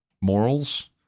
morals